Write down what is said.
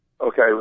Okay